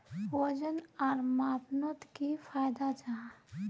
वजन आर मापनोत की फायदा जाहा?